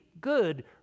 good